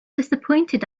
disappointed